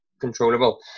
controllable